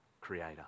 Creator